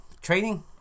Training